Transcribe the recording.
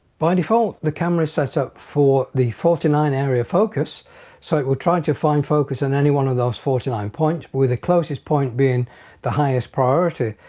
by default the camera is setup for the forty nine area focus so it will try to find focus on any one of those forty nine points with a closest point being the highest priority.